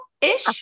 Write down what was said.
ish